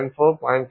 4 0